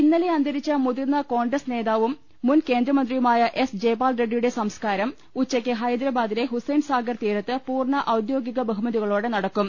ഇന്നലെ അന്തരിച്ച മുതിർന്ന കോൺഗ്രസ് നേതാവും മുൻ കേന്ദ്രമന്ത്രിയുമായ എസ് ജയ്പാൽ റെഡ്ഡിയുടെ സംസ്കാരം ഉച്ചക്ക് ഹൈദരാബാദിലെ ഹുസൈൻ സാഗർ തീരത്ത് പൂർണ ഔദ്യോഗിക ബഹുമതികളോടെ നടക്കും